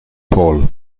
paul